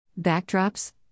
Backdrops